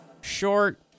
short